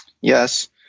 Yes